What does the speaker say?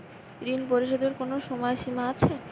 ঋণ পরিশোধের কোনো সময় সীমা আছে?